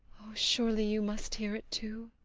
surely you must hear it, too!